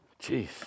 Jeez